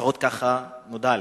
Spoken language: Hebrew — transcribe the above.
לפחות ככה נודע לי.